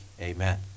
amen